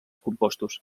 compostos